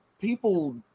people